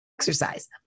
exercise